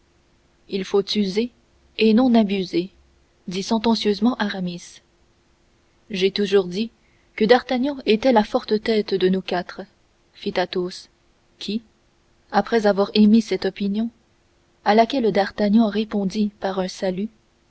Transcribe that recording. il faut user et non abuser dit sentencieusement aramis j'ai toujours dit que d'artagnan était la forte tête de nous quatre fit athos qui après avoir émis cette opinion à laquelle d'artagnan répondit par un salut